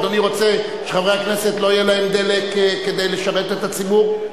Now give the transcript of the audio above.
אדוני רוצה שחברי הכנסת לא יהיה להם דלק כדי לשרת את הציבור,